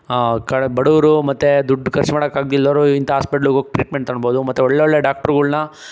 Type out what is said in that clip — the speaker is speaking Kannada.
ಬಡವರು ಮತ್ತೆ ದುಡ್ಡು ಖರ್ಚು ಮಾಡೋಕ್ಕಾಗ್ದಿಲ್ದೋರು ಇಂತ ಹಾಸ್ಪಿಟ್ಲಿಗೆ ಹೋಗಿ ಟ್ರೀಟ್ಮೆಂಟ್ ತಗೋಬಹುದು ಮತ್ತೆ ಒಳ್ಳೊಳ್ಳೆ ಡಾಕ್ಟ್ರುಗಳನ್ನ